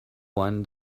one